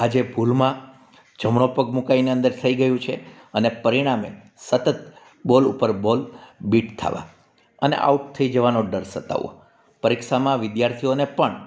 આજે ભૂલમાં જમણો પગ મુકાઈને થઈ ગયું છે અને પરિણામે સતત બોલ ઉપર બોલ બીટ થવા અને આઉટ થઈ જવાનો ડર સતાવવો પરીક્ષામાં વિદ્યાર્થીઓને પણ